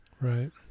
Right